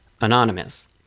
anonymous